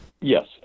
Yes